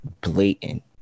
blatant